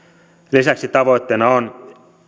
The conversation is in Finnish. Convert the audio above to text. lisäksi tavoitteena on